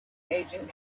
agent